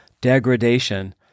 degradation